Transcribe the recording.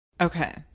Okay